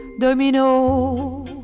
Domino